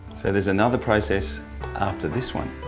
there's another process after this one?